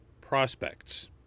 prospects